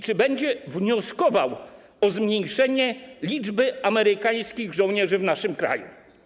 Czy będzie wnioskował o zmniejszenie liczby amerykańskich żołnierzy w naszym kraju?